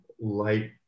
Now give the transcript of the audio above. light